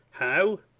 how!